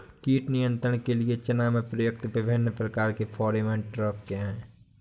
कीट नियंत्रण के लिए चना में प्रयुक्त विभिन्न प्रकार के फेरोमोन ट्रैप क्या है?